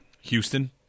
Houston